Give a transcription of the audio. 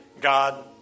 God